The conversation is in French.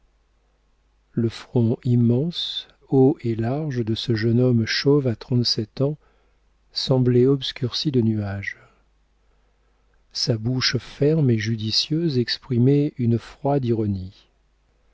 le front immense haut et large de ce jeune homme chauve à trente-sept ans semblait obscurci de nuages sa bouche ferme et judicieuse exprimait une froide ironie